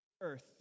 earth